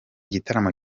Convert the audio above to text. gitaramo